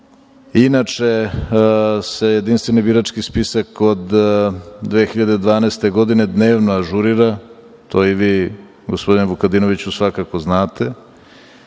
Inače se jedinstveni birački spisak od 2012. godine dnevno ažurira, to i vi gospodine Vukadinoviću svakako znate.